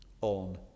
on